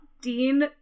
Dean